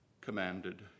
commanded